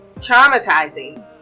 traumatizing